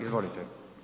Izvolite.